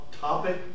topic